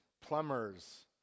plumbers